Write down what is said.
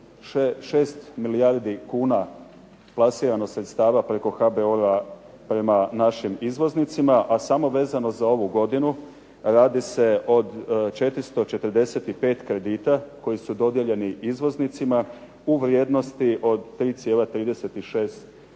6 milijardi kuna plasirano sredstava preko HBOR-a prema našim izvoznicima, a samo ovu godinu radi se od 445 kredita koji su dodijeljeni izvoznicima u vrijednosti od 3,36 milijardi